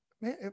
man